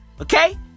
Okay